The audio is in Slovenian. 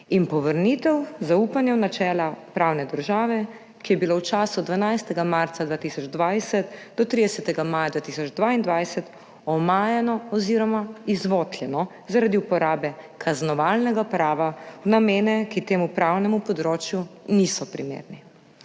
in povrnitev zaupanja v načelo pravne države, ki je bilo v času 12. marca 2020 do 30. maja 2022 omajano oziroma izvotljeno zaradi uporabe kaznovalnega prava v namene, ki temu pravnemu področju niso primerni.